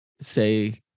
say